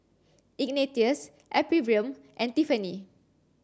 Ignatius Ephriam and Tiffanie